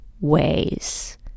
ways